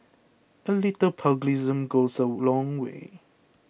a little pugilism goes a long way